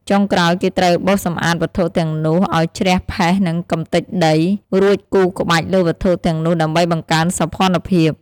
ចុងក្រោយគេត្រូវបោសសម្អាតវត្ថុទាំងនោះឲ្យជ្រះផេះនិងកម្ទេចដី រួចគូរក្បាច់លើវត្ថុទាំងនោះដើម្បីបង្កើនសោភណ្ឌភាព។